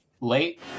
Late